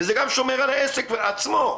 וזה גם שומר העסק עצמו.